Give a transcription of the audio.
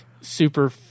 super